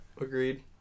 Agreed